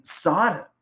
Sodom